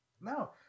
no